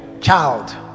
child